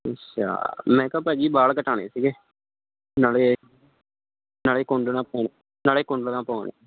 ਅੱਛਾ ਮੈਂ ਕਿਹਾ ਭਾਅ ਜੀ ਬਾਲ ਕਟਾਣੇ ਸੀਗੇ ਨਾਲੇ ਨਾਲੇ ਕੁੰਡਲਾ ਪਵਾ ਨਾਲੇ ਕੁੰਡਲਾ ਪਵਾਣੇ